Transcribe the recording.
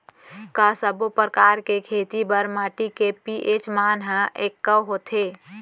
का सब्बो प्रकार के खेती बर माटी के पी.एच मान ह एकै होथे?